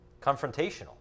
confrontational